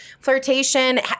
flirtation